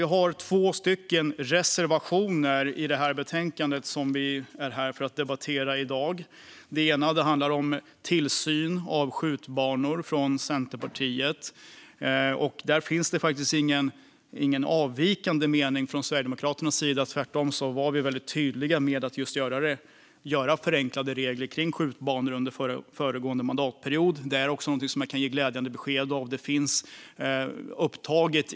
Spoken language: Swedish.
Det finns två reservationer i det betänkande som vi nu är här för att debattera. Den ena är en reservation från Centerpartiet om tillsyn av skjutbanor. Där finns det faktiskt ingen avvikande mening från Sverigedemokraternas sida. Tvärtom var vi väldigt tydliga under föregående mandatperiod med att vi vill ha förenklade regler kring skjutbanor. Det här är också någonting som jag kan ge glädjande besked om.